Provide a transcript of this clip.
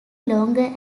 longer